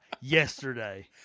yesterday